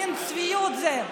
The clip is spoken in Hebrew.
איזה מין צביעות זו.